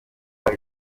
yawe